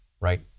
right